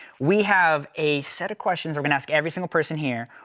we have a set of questions we're gonna ask every single person here.